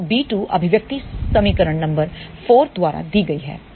तो बी 2 अभिव्यक्ति समीकरण नंबर 4 द्वारा दी गई है